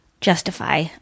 justify